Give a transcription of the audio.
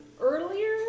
earlier